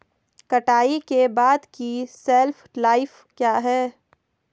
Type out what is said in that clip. कटाई के बाद की शेल्फ लाइफ क्या है?